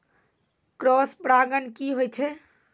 Cross परागण की होय छै?